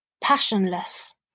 passionless